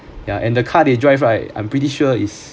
ya and the car they drive right I'm pretty sure is